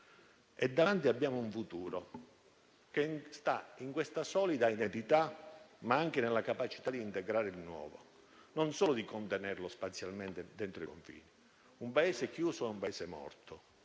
Davanti abbiamo un futuro, che sta in questa solida identità, ma anche nella capacità di integrare il nuovo, non solo di contenerlo spazialmente dentro i confini. Un Paese chiuso è un Paese morto.